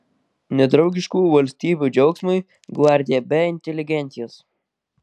nedraugiškų valstybių džiaugsmui gvardija be inteligentijos